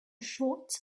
shots